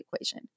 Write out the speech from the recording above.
equation